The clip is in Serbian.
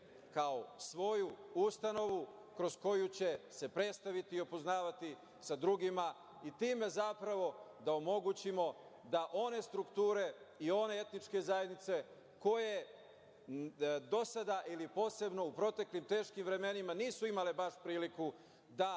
kao svoju ustanovu kroz koju će se predstaviti i upoznavati sa drugima i time zapravo da omogućimo da one strukture i one etničke zajednice koje do sada ili posebno u proteklim teškim vremenima nisu imali baš priliku da